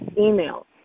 email